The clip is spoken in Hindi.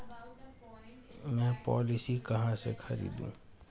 मैं पॉलिसी कहाँ से खरीदूं?